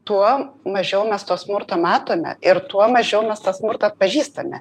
tuo mažiau mes to smurto matome ir tuo mažiau mes tą smurtą atpažįstame